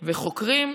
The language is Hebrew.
וחוקרים,